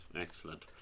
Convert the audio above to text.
excellent